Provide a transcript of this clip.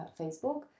Facebook